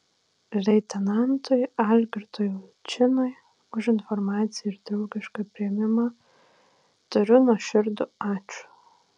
leitenantui algirdui ulčinui už informaciją ir draugišką priėmimą tariu nuoširdų ačiū